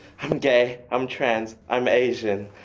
and gay, i'm trans, i'm asian